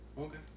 Okay